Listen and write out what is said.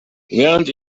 während